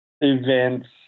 events